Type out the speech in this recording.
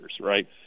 right